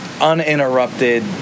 uninterrupted